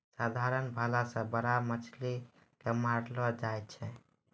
साधारण भाला से बड़ा बड़ा मछली के मारलो जाय छै